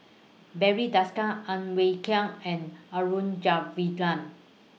Barry Desker Ang Wei and